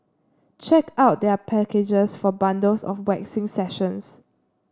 check out their packages for bundles of waxing sessions